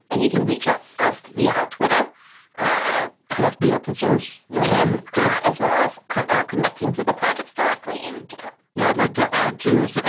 and you can reach us us via our twitter at at fbopensource yeah and as well as kind of ah connecting to the projects directly in github yeah, i'd like to add too. and